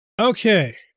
Okay